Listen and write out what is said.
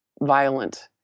violent